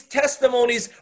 testimonies